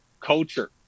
culture